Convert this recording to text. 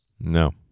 No